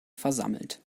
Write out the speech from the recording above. versammelt